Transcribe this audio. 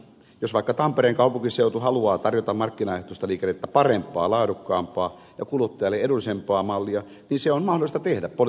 jos vaikka tampereen kaupunkiseutu haluaa tarjota markkinaehtoista liikennettä parempaa laadukkaampaa ja kuluttajalle edullisempaa mallia niin se on mahdollista tehdä poliittisella päätöksellä